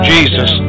Jesus